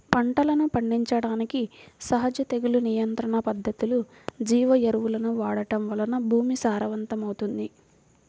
పంటలను పండించడానికి సహజ తెగులు నియంత్రణ పద్ధతులు, జీవ ఎరువులను వాడటం వలన భూమి సారవంతమవుతుంది